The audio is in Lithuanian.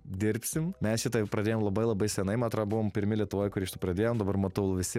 dirbsim mes šitą jau pradėjom labai labai senai man atrodo buvom pirmi lietuvoj kurie šitą pradėjom dabar matau visi